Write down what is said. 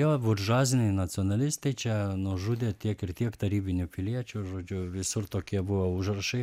jo buržuaziniai nacionalistai čia nužudė tiek ir tiek tarybinių piliečių žodžiu visur tokie buvo užrašai